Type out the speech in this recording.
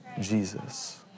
Jesus